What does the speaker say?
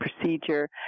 procedure